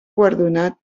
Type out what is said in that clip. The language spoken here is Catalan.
guardonat